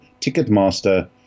Ticketmaster